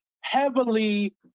heavily